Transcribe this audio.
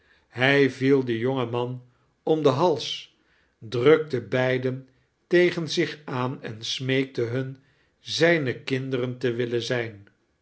hij viel den jongen man om den hals drukte beiden tegen zich aan en smeekte hun zijne kinderen te willein zijn